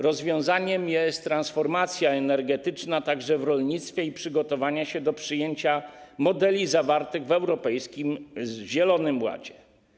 Rozwiązaniem jest transformacja energetyczna także w rolnictwie i przygotowanie się do przyjęcia modeli zawartych w Europejskim Zielonym Ładzie.